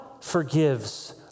forgives